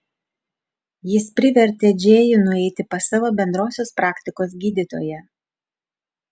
jis privertė džėjų nueiti pas savo bendrosios praktikos gydytoją